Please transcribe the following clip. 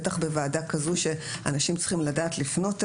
בטח בוועדה כזו שאנשים צריכים לדעת לפנות אליה.